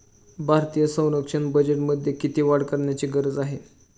भारतीय संरक्षण बजेटमध्ये किती वाढ करण्याची गरज आहे?